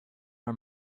our